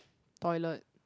toilet